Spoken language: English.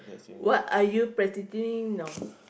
what are you practically no